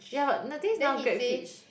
ya the thing is now GrabHitch